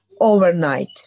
Overnight